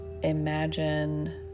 imagine